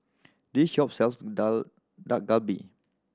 this shop sells Dak Dak Galbi